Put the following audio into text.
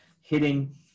hitting